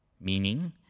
meaning